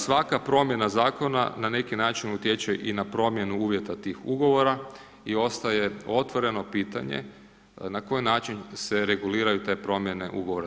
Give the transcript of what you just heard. Svaka promjena Zakona na neki način utječe i na promjenu uvjeta tih Ugovora i ostaje otvoreno pitanje na koji način se reguliraju te promjene u Ugovoru.